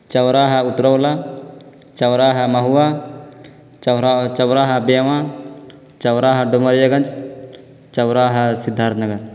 چوراہا اترولہ چوراہا مہوا چوراہا بیواں چوراہا ڈومریا گنج چوراہا سدھارتھ نگر